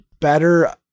better